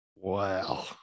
Wow